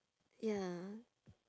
ya